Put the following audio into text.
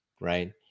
right